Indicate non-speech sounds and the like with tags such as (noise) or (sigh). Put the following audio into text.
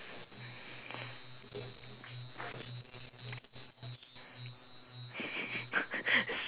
(laughs)